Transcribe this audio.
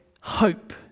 hope